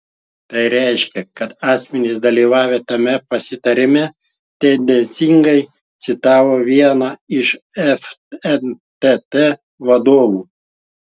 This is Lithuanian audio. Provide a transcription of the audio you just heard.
tai reiškia kad asmenys dalyvavę tame pasitarime tendencingai citavo vieną iš fntt vadovų